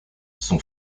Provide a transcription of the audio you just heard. son